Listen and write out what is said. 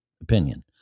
opinion